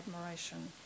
admiration